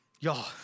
Y'all